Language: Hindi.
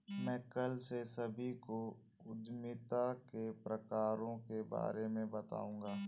मैं कल से सभी को उद्यमिता के प्रकारों के बारे में बताऊँगा